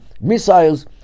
missiles